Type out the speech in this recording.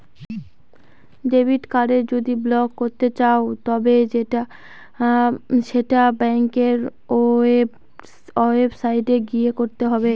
debit card যদি block করতে চাও তবে সেটা ব্যাঙ্কের ওয়েবসাইটে গিয়ে করতে হবে